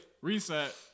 Reset